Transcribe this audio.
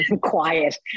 Quiet